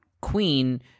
queen